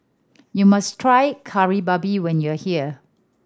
you must try Kari Babi when you are here